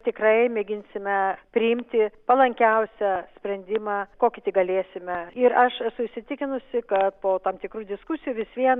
tikrai mėginsime priimti palankiausią sprendimą kokį tik galėsime ir aš esu įsitikinusi kad po tam tikrų diskusijų vis vien